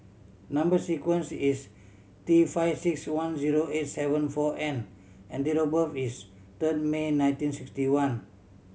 number sequence is T five six one zero eight seven four N and date of birth is third May nineteen sixty one